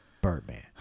Birdman